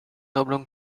oblong